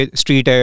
street